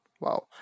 wow